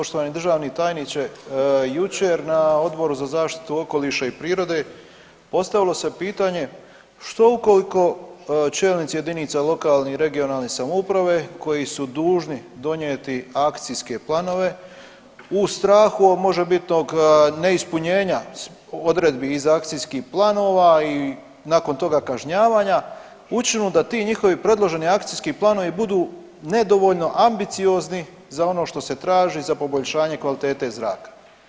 Poštovani državni tajniče, jučer na Odboru za zaštitu okoliša i prirode postavilo se pitanje što ukoliko čelnici jedinica lokalne i regionalne samouprave koji su dužni donijeti akcijske planove u strahu možebitnog neispunjenja odredbi iz akcijskih planova i nakon toga kažnjavanja učinu da ti njihovi predloženi akcijski planovi budu nedovoljno ambiciozni za ono što se traži, za poboljšanje kvalitete zraka.